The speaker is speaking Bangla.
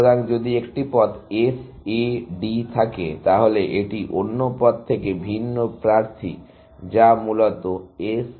সুতরাং যদি একটি পথ S A D থাকে তাহলে এটি অন্য পথ থেকে ভিন্ন প্রার্থী যা মূলত S B D